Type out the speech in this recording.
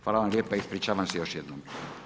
Hvala vam lijepo i ispričavam se još jednom.